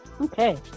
okay